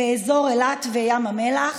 באזור אילת וים המלח.